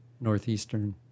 northeastern